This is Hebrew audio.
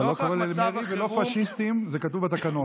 אתה לא קורא למרי ולא "פשיסטים", זה כתוב בתקנון.